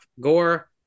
gore